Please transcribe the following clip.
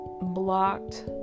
blocked